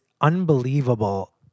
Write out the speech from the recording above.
unbelievable